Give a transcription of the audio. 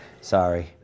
Sorry